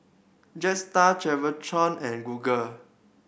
Jetstar Travel and Google